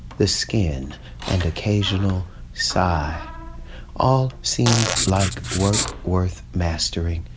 the skin and occasional sigh all seemed like work worth mastering.